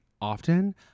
often